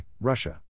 Russia